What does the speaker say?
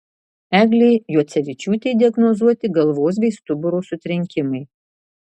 eglei juocevičiūtei diagnozuoti galvos bei stuburo sutrenkimai